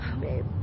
Babe